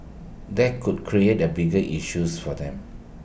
that could create the bigger issues for them